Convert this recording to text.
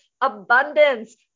abundance